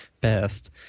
best